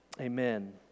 Amen